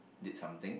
did something